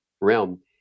realm